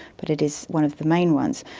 but it is one of the main ones.